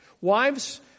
wives